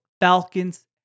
Falcons